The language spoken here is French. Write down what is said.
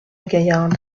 gaillarde